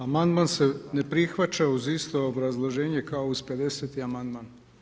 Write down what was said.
Amandman se ne prihvaća uz isto obrazloženje kao uz 50. amandman.